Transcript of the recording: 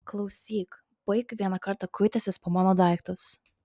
klausyk baik vieną kartą kuitęsis po mano daiktus